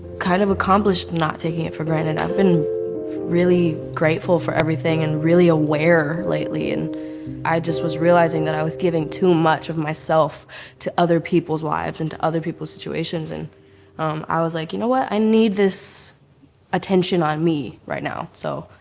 kind of accomplished not taking it for granted. i've been really grateful for everything and really aware lately and i just was realizing that i was giving too much of myself to other people's lives and to other people's situations and i was like, you know what, i need this attention on me right now. so